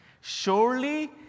Surely